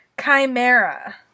Chimera